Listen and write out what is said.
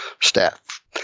staff